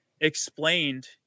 explained